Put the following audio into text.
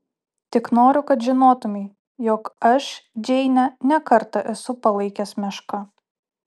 tik noriu kad žinotumei jog aš džeinę ne kartą esu palaikęs meška